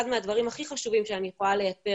מהדברים הכי חשובים שאני יכולה לייצר,